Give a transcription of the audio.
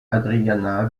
adriana